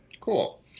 cool